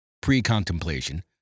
Pre-contemplation